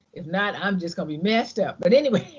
if not, i'm just gonna be messed up. but anyway.